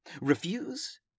Refuse